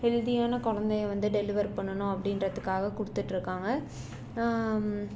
ஹெல்தியான குழந்தைய வந்து டெலிவர் பண்ணணும் அப்படின்றத்துக்காக கொடுத்துட்ருக்காங்க